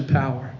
power